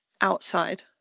outside